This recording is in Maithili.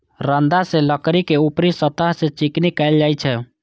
रंदा सं लकड़ी के ऊपरी सतह कें चिकना कैल जाइ छै